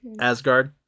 Asgard